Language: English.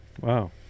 Wow